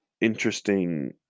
interesting